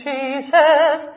Jesus